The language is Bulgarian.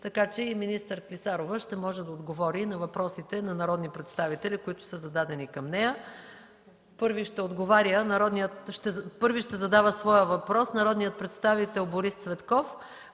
така че министър Клисарова ще може да отговори на въпросите на народни представители, които са зададени към нея. Първи ще задава своя въпрос народният представител Борис Цветков,